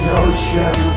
ocean